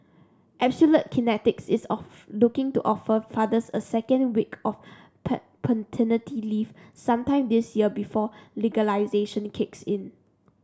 Absolute Kinetics is of looking to offer fathers a second week of paternity leave sometime this year before legislation kicks in